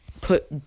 put